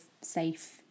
safe